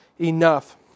enough